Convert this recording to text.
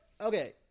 okay